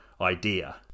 idea